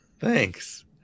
Thanks